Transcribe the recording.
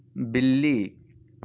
بلی